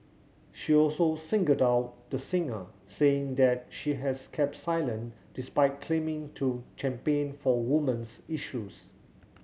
she also singled out the singer saying that she has kept silent despite claiming to champion for women's issues